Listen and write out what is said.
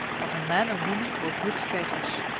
but the man and woman were good skaters.